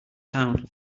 town